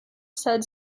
said